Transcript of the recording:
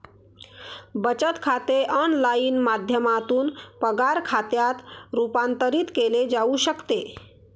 बचत खाते ऑनलाइन माध्यमातून पगार खात्यात रूपांतरित केले जाऊ शकते